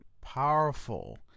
powerful